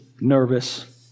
nervous